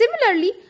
similarly